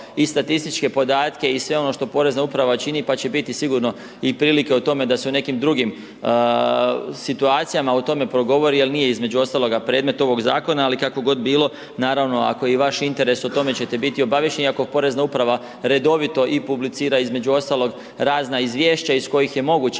i statističke podatke i sve ono što Porezna uprava čini pa će biti sigurno i prilike o tome da se o nekim drugim situacijama o tome progovori jer nije između ostalog predmet ovog zakona ali kako god bilo, naravno, ako je vaš interes, o tome ćete biti obaviješteni iako Porezna uprava redovito i publicira između ostalog razna izvješća iz kojih je moguće